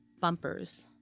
bumpers